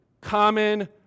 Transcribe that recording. common